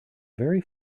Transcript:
very